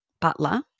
Butler